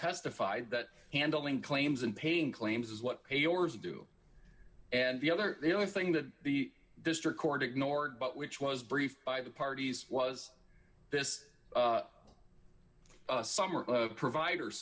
testified that handling claims and paying claims is what a yours do and the other the only thing that the district court ignored but which was briefed by the parties was this a summer providers